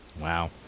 wow